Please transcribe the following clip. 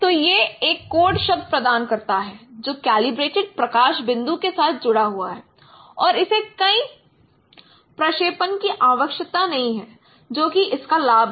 तो यह एक कोड शब्द प्रदान करता है जो कैलिब्रेटेड प्रकाश बिंदु के साथ जुड़ा हुआ है और इसे कई प्रक्षेपण की आवश्यकता नहीं है जो कि इसका लाभ है